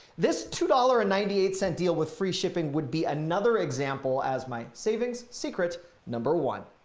this two dollars and ninety eight cent deal with free shipping would be another example as my savings secret number one.